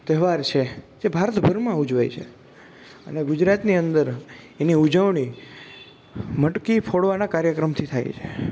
તહેવાર છે જે ભારતભરમાં ઉજવાય છે અને ગુજરાતની અંદર એની ઉજવણી મટકી ફોડવાના કાર્યક્રમથી થાય છે